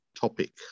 topic